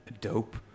dope